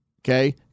Okay